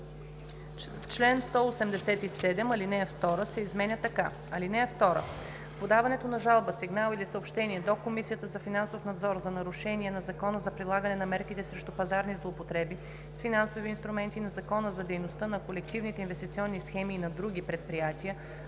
чл. 187 ал. 2 се изменя така: „(2) Подаването на жалба, сигнал или съобщение до Комисията за финансов надзор за нарушение на Закона за прилагане на мерките срещу пазарни злоупотреби с финансови инструменти, на Закона за дейността на колективните инвестиционни схеми и на други предприятия